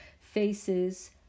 faces